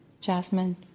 Jasmine